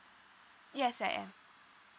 yes I am